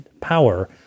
power